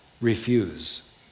refuse